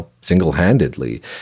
single-handedly